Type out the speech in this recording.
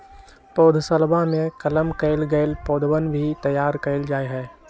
पौधशलवा में कलम कइल गैल पौधवन भी तैयार कइल जाहई